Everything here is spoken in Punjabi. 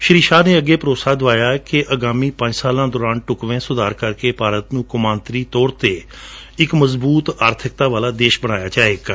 ਸ਼ੀ ਸ਼ਾਹ ਨੇ ਅੱਗੇ ਭਰੋਸਾ ਦਵਾਇਆ ਕਿ ਅਗਾਮੀ ਪੰਜ ਸਾਲਾਂ ਦੌਰਾਨ ਢੁਕਵੇਂ ਸੁਧਾਰ ਕਰਕੇ ਭਾਰਤ ਨੂੰ ਕੌਮਾਂਤਰੀ ਤੌਰ ਤੇ ਇੱਕ ਮਜਬੁਤ ਆਰਬਕਤਾ ਵਾਲਾ ਦੇਸ਼ ਬਣਾਇਆ ਜਾਵੇਗਾ